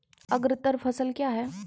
अग्रतर फसल क्या हैं?